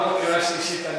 כשההצעה תעבור בקריאה השלישית,